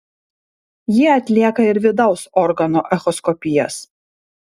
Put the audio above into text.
ji atlieka ir vidaus organų echoskopijas